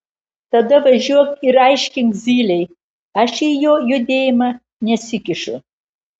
tada važiuok ir aiškink zylei aš į jo judėjimą nesikišu